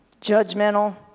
judgmental